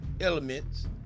elements